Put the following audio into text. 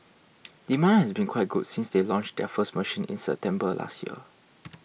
demand has been quite good since they launched their first machine in September last year